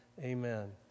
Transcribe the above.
amen